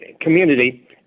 community